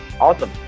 Awesome